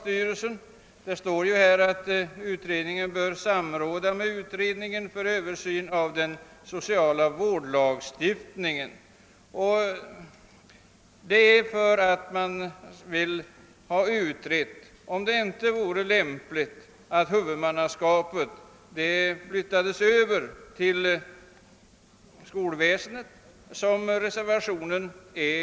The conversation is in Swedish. Det heter i direktiven för barnstugeutredningen att denna bör samråda bl.a. med utredningen för översyn av den sociala vårdlagstiftningen. Motionen 1II:693 liksom reservationen 3 a syftar till en utredning huruvida icke huvudmannaskapet lämpligen bör överflyttas till skolöverstyrelsen.